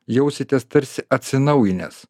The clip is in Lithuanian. jausitės tarsi atsinaujinęs